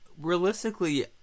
Realistically